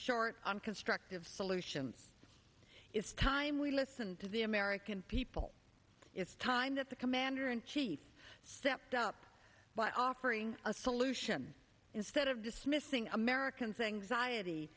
short on constructive solutions it's time we listen to the american people is time that the commander in chief stepped up by offering a solution instead of dismissing americans anxiety